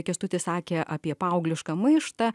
kęstutis sakė apie paauglišką maištą